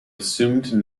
assumed